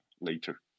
later